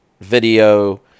video